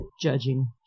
Judging